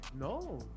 No